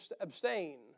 abstain